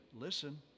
listen